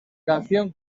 canción